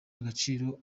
agaciro